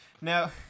now